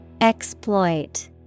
Exploit